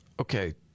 okay